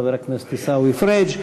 חבר הכנסת עיסאווי פריג'.